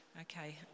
Okay